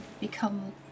become